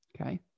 okay